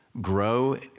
grow